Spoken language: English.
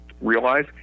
realize